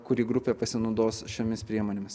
kuri grupė pasinaudos šiomis priemonėmis